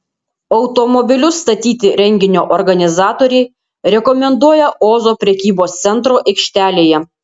automobilius statyti renginio organizatoriai rekomenduoja ozo prekybos centro aikštelėje